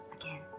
again